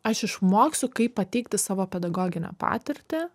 aš išmoksiu kaip pateikti savo pedagoginę patirtį